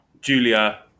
Julia